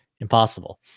Impossible